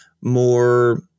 more